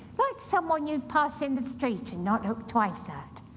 like someone you'd pass in the street and not look twice at.